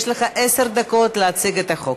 יש לך עשר דקות להציג את החוק.